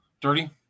Dirty